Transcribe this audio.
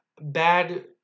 bad